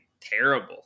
terrible